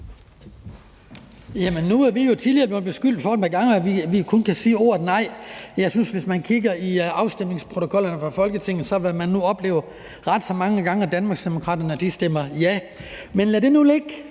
et par gange tidligere blevet beskyldt for, at vi kun kan sige ordet nej. Jeg synes nu, at man, hvis man kigger i afstemningsprotokollerne fra Folketinget, vil opleve, at Danmarksdemokraterne ret så mange gange stemmer ja. Men lad nu det ligge